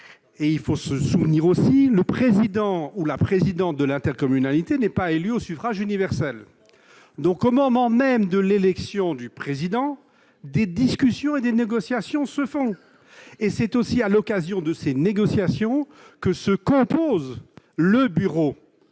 -, il faut se rappeler que le président ou la présidente de l'intercommunalité n'est pas élu au suffrage universel. Au moment même de l'élection du président, des discussions et des négociations se tiennent ; c'est aussi à l'occasion de ces négociations que se compose le bureau